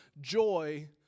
joy